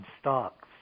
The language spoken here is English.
stocks